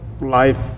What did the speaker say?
life